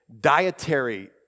dietary